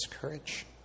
courage